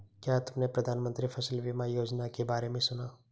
क्या तुमने प्रधानमंत्री फसल बीमा योजना के बारे में सुना?